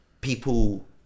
people